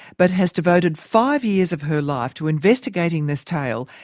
but has devoted five years of her life to investigating this tale,